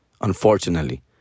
unfortunately